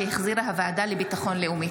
שהחזירה הוועדה לביטחון לאומי.